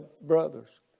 brothers